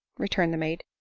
returned the maid.